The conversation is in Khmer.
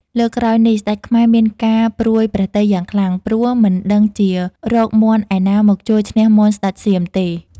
លើកក្រោយនេះ ស្ដេចខ្មែរមានការព្រួយព្រះទ័យយ៉ាងខ្លាំង ព្រោះមិនដឹងជារកមាន់ឯណាមកជល់ឈ្នះមាន់ស្ដេចសៀមទេ។